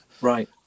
Right